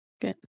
Good